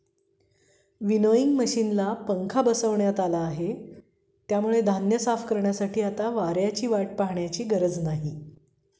winnowing मशिनला पंखा बसवण्यात आला आहे, त्यामुळे धान्य साफ करण्यासाठी आता वाऱ्याची वाट पाहण्याची गरज नाही